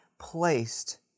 placed